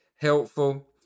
helpful